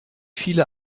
viele